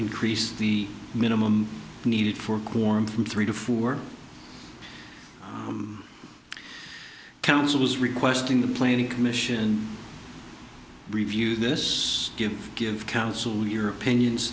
increase the minimum needed for quorum from three to four council was requesting the planning commission review this you give council your opinions